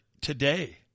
today